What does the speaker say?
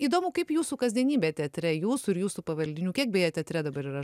įdomu kaip jūsų kasdienybė teatre jūsų ir jūsų pavaldinių kiek beje teatre dabar yra